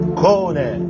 kone